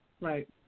right